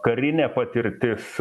karinė patirtis